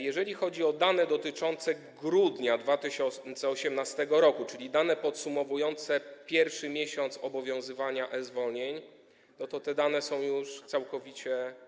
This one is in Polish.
Jeżeli chodzi o dane dotyczące grudnia 2018 r., czyli dane podsumowujące pierwszy miesiąc obowiązywania e-zwolnień, to te dane są już całkowicie odmienne.